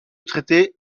traité